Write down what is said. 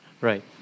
Right